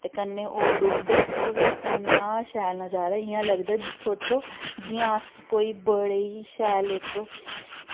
ते कन्नै ओह् डुबदा ऐ ओह् इ'न्ना शैल नज़ारा इ'यां लगदा सोचो जियां अस कोई बड़ी शैल इक